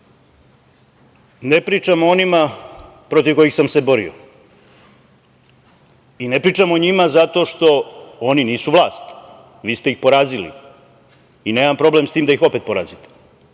Ne pričam o onima protiv kojih sam se borio i ne pričam o njima zato što oni nisu vlast. Vi ste ih porazili i nemam problem sa tim opet da ih porazite.